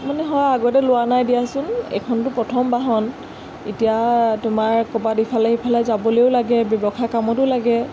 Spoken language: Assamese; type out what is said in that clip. মানে হয় আগতে লোৱা নাই দিয়াচোন এইখনটো প্ৰথম বাহন এতিয়া তোমাৰ ক'ৰবাত ইফালে সিফালে যাবলৈও লাগে ব্যৱসায় কামতো লাগে